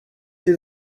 sis